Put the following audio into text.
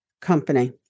company